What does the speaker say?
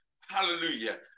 Hallelujah